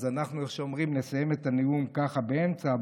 אז אנחנו, איך שאומרים, נסיים את הנאום ככה באמצע.